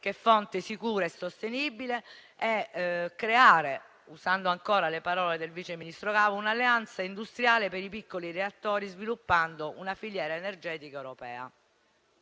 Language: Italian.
che è fonte sicura e sostenibile, e creare - usando ancora le parole del vice ministro Gava - un'alleanza industriale per i piccoli reattori, sviluppando una filiera energetica europea.